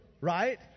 right